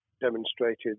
demonstrated